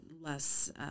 less